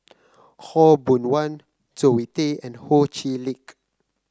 Khaw Boon Wan Zoe Tay and Ho Chee Lick